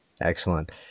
excellent